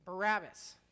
Barabbas